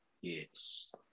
Yes